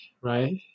right